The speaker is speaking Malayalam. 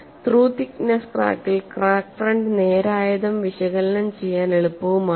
ത്രൂ തിക്നെസ്സ് ക്രാക്കിൽ ക്രാക്ക് ഫ്രണ്ട് നേരായതും വിശകലനം ചെയ്യാൻ എളുപ്പവുമാണ്